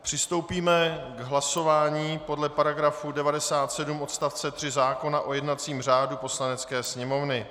Přistoupíme k hlasování podle § 97 odst. 3 zákona o jednacím řádu Poslanecké sněmovny.